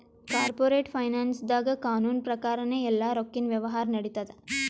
corporate ಫೈನಾನ್ಸ್ದಾಗ್ ಕಾನೂನ್ ಪ್ರಕಾರನೇ ಎಲ್ಲಾ ರೊಕ್ಕಿನ್ ವ್ಯವಹಾರ್ ನಡಿತ್ತವ